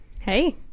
Hey